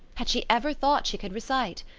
had she ever thought she could recite?